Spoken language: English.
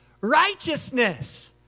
righteousness